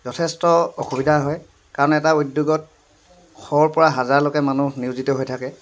যথেষ্ট অসুবিধা হয় কাৰণ এটা উদ্যোগত শৰ পৰা হাজাৰলৈকে মানুহ নিয়োজিত হৈ থাকে